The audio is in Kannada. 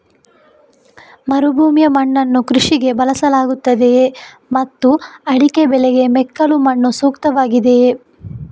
ಮರುಭೂಮಿಯ ಮಣ್ಣನ್ನು ಕೃಷಿಗೆ ಬಳಸಲಾಗುತ್ತದೆಯೇ ಮತ್ತು ಅಡಿಕೆ ಬೆಳೆಗೆ ಮೆಕ್ಕಲು ಮಣ್ಣು ಸೂಕ್ತವಾಗಿದೆಯೇ?